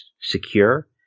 secure